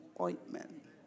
ointment